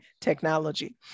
technology